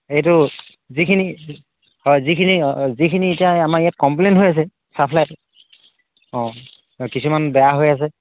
এইটো যিখিনি হয় যিখিনি যিখিনি এতিয়া আমাৰ ইয়াত কমপ্লেইন হৈ আছে চাফ্লাইতো অঁ কিছুমান বেয়া হৈ আছে